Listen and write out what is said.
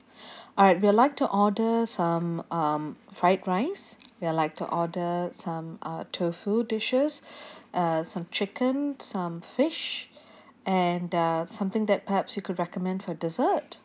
alright we'd like to order some um fried rice we'd like to order some uh tofu dishes uh some chicken some fish and the something that perhaps you could recommend for dessert